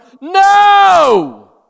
No